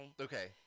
Okay